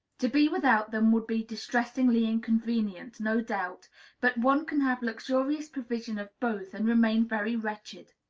to be without them would be distressingly inconvenient, no doubt but one can have luxurious provision of both and remain very wretched.